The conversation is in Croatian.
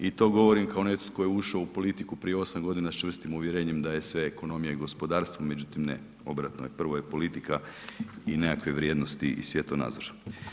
I to govorim kao netko tko je ušao u politiku prije 8 godina s čvrstim uvjerenjem da je sve ekonomija i gospodarstvo, međutim ne obratno je prvo je politika i nekakve vrijednosti i svjetonazor.